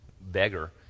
beggar